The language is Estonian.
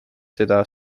seda